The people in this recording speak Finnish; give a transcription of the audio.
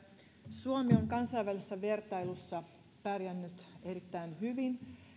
suomi on kansainvälisessä vertailussa pärjännyt erittäin hyvin